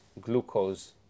glucose